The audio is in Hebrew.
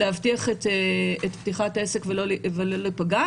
להבטיח את פתיחת העסק ולא להיפגע,